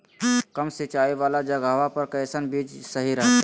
कम सिंचाई वाला जगहवा पर कैसन बीज सही रहते?